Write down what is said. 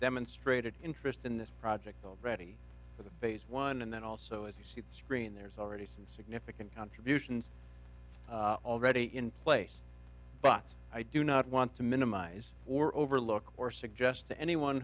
demonstrated interest in this project called ready for the phase one and then also as you see the screen there's already some significant contributions already in place but i do not want to minimize or overlook or suggest to anyone